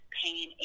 pain